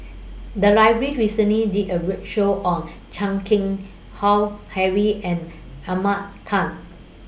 The Library recently did A roadshow on Chan Keng Howe Harry and Ahmad Khan